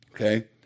Okay